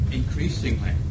increasingly